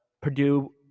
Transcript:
Purdue